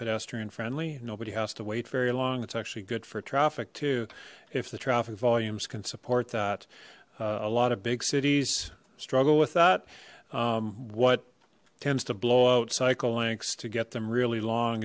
pedestrian friendly nobody has to wait very long it's actually good for traffic too if the traffic volumes can support that a lot of big cities struggle with that what tends to blow out cycle lengths to get them really long